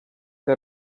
que